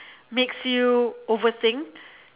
makes you overthink